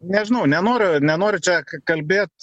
nežinau nenoriu nenoriu čia ka kalbėt